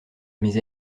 mes